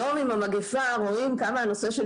היום עם המגפה רואים כמה הנושא של